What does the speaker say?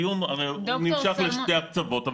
הדיון נמשך לשני הקצוות,